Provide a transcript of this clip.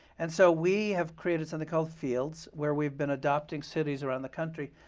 and so we have created something called fields, where we've been adopting cities around the country,